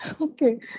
Okay